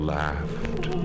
laughed